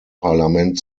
parlament